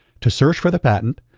to search for the patent,